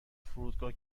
فرودگاه